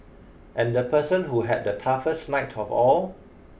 and the person who had the toughest night of all